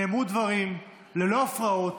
נאמרו דברים ללא הפרעות,